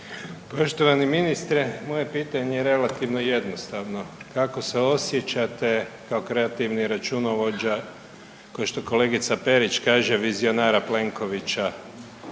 Poštovani ministre moje pitanje je relativno jednostavno. Kako se osjećate kao kreativni računovođa kao što kolegica Perić kaže vizionara Plenkovića